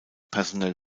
personell